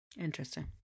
Interesting